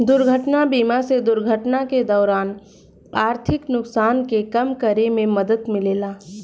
दुर्घटना बीमा से दुर्घटना के दौरान आर्थिक नुकसान के कम करे में मदद मिलेला